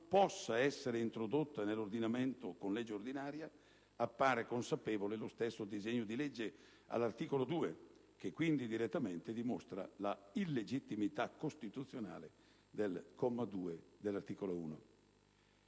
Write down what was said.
con legge ordinaria appare consapevole lo stesso disegno di legge all'articolo 2, che quindi indirettamente dimostra l'illegittimità costituzionale del comma 2 dell'articolo 1.